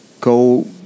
go